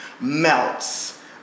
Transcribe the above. melts